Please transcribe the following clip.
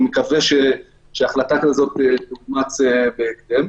ומקווה שהחלטה כזו תהיה בהקדם.